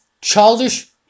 childish